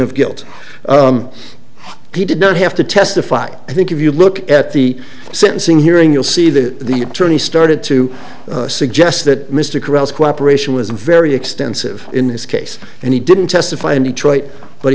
of guilt he did not have to testify i think if you look at the sentencing hearing you'll see the attorney started to suggest that mr caruthers cooperation was very extensive in this case and he didn't testify in detroit but